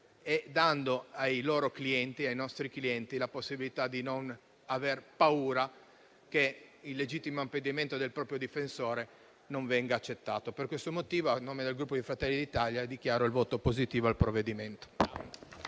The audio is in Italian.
e dando ai loro - nostri - clienti la possibilità di non aver paura che il legittimo impedimento del proprio difensore non venga accettato. Per questo motivo, a nome del Gruppo Fratelli d'Italia, dichiaro il voto favorevole sul provvedimento